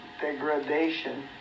degradation